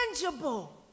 tangible